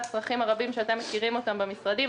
והצרכים הרבים שאתם מכירים אותם במשרדים,